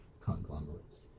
conglomerates